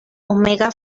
omega